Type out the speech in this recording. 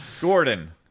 Gordon